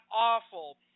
awful